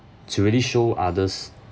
to really show others